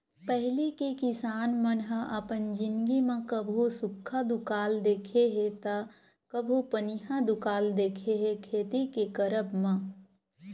पहिली के किसान मन ह अपन जिनगी म कभू सुक्खा दुकाल देखे हे ता कभू पनिहा दुकाल देखे हे खेती के करब म